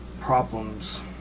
problems